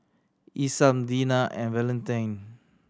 Isam Deena and Valentin